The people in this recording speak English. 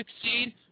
succeed